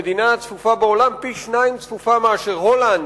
המדינה הצפופה בעולם, פי-שניים צפופה מהולנד,